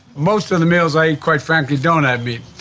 most of the meals i eat, quite frankly, don't have meat.